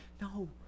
no